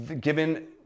given